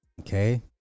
Okay